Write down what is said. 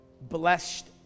blessed